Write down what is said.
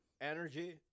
energy